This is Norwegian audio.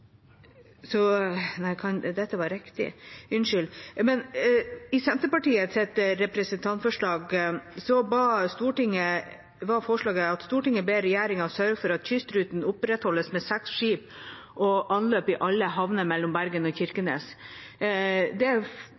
Forslaget var: «Stortinget ber regjeringen sørge for at kystruten opprettholdes med seks skip og anløp i alle havner mellom Bergen og Kirkenes.» Det